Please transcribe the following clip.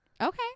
Okay